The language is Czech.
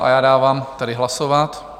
A já dávám tedy hlasovat.